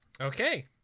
Okay